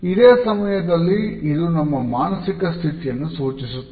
ಇದೆ ಸಮಯದಲ್ಲಿ ಇದು ನಮ್ಮ ಮಾನಸಿಕ ಸ್ಥಿತಿಯನ್ನು ಸೂಚಿಸುತ್ತದೆ